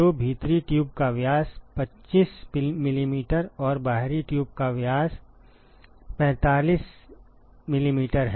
तो भीतरी ट्यूब का व्यास 25 मिमी और बाहरी ट्यूब का व्यास 45 मिमी है